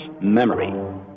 memory